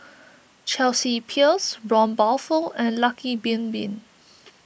Chelsea Peers Braun Buffel and Lucky Bin Bin